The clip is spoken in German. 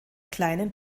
kleinen